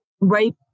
right